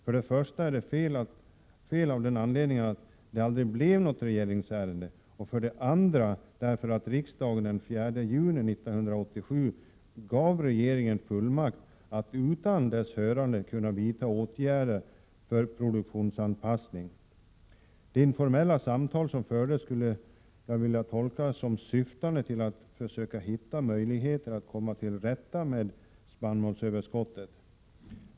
För det första är det fel av den anledningen att det aldrig blev något regeringsärende, för det andra därför att riksdagen den 4 juni 1987 gav regeringen fullmakt att utan dess hörande kunna vidta åtgärder för produktionsanpassning. De informella samtal som fördes skulle jag vilja tolka som syftande till att försöka hitta möjligheter att komma till rätta med spannmålsöverskottet.